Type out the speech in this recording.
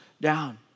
down